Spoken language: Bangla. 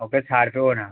ওকে ছাড়বেও না